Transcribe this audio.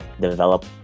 develop